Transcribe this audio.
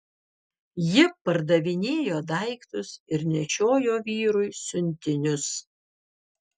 ji pardavinėjo daiktus ir nešiojo vyrui siuntinius